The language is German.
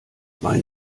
mein